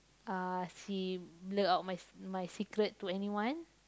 uh she blur out my my secret to anyone